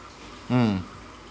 mm